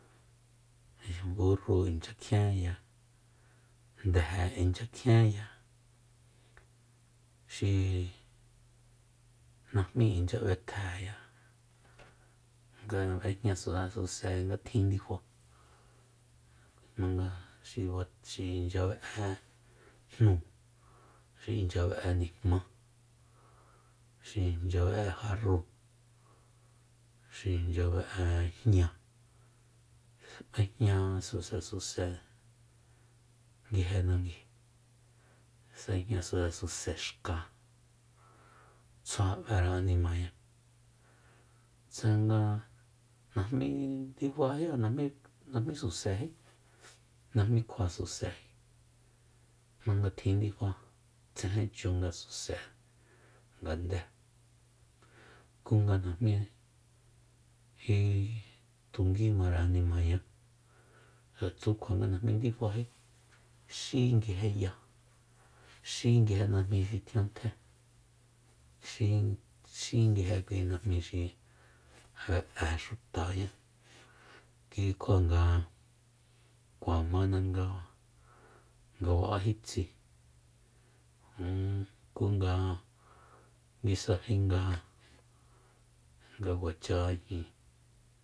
Burru inchya kjienya ndeje inchya kjienya xi najmí inchya b'etj'éya nga b'ejña susesuse nga tjin ndifa jmanga xiba- xi inchya be'e jnu xi inchya be'e nijmá xi inchya be'e jarrúu xi inchya be'e jña b'ejña susesuse nguije nanguíi b'ejña susesuse xka tsjua b'ére animañá tsanga najmí ndifají ja najmí najmí suse najmí kjua suse jmanga tjin ndifa tsejen chun nga suse ngandée ku nga najmí tu ngui mare animañá tsu kjua nga najmí ndifají xí nguije ya xi nguije najmí xi tjian ntjé xi- xi nguije kui najmi xi be'e xutañá ki kjua nga kua mana nga nga ba'ají tsi jun ku nga nguisaji nga- nga kuacha ijin